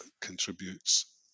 contributes